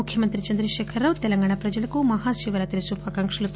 ముఖ్యమంత్రి చంద్రశేఖరరావు తెలంగాణ ప్రజలకు మహాశివరాత్రి శుభాకాంక్షలు తెలిపారు